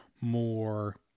more